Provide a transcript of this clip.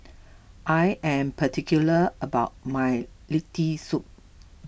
I am particular about my Lentil Soup